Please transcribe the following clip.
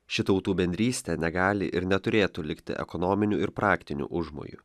ši tautų bendrystė negali ir neturėtų likti ekonominiu ir praktiniu užmoju